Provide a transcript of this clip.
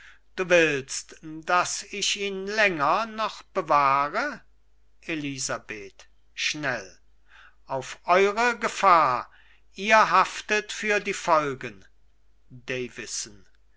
du willst daß ich ihn länger noch bewahre elisabeth schnell auf eure gefahr ihr haftet für die folgen